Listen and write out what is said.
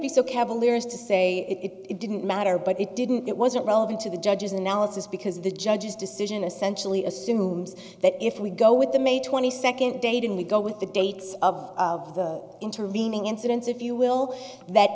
is to say it didn't matter but it didn't it wasn't relevant to the judge's analysis because the judge's decision essentially assumes that if we go with the may twenty second date and we go with the dates of of the intervening incidents if you will that